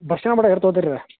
bus stand ಮಟ್ಟ ಎಷ್ಟ್ ತಗೋತಿರ ರೀ